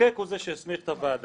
המחוקק הוא זה שהסמיך את הוועדה,